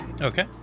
Okay